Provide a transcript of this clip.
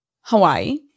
Hawaii